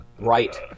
right